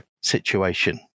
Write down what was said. situation